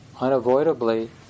unavoidably